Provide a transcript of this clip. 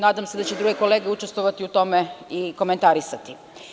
Nadam se da će druge kolege učestvovati u tome i komentarisati.